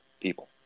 people